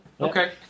Okay